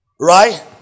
Right